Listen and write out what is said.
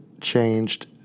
changed